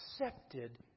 accepted